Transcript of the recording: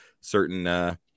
certain